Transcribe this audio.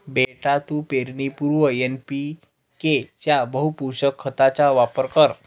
बेटा तू पेरणीपूर्वी एन.पी.के च्या बहुपोषक खताचा वापर कर